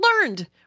learned